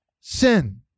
sin